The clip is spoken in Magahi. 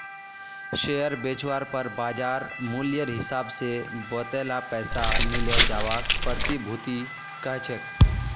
शेयर बेचवार पर बाज़ार मूल्येर हिसाब से वतेला पैसा मिले जवाक प्रतिभूति कह छेक